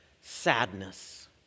sadness